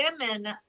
women